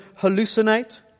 hallucinate